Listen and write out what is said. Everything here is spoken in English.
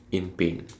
in pain